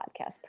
podcast